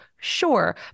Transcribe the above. Sure